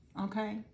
okay